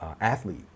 athlete